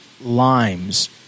limes